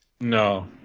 No